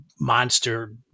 monster